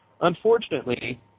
Unfortunately